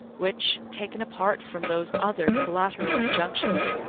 which, taken apart from those other collateral injunctions,